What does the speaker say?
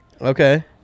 Okay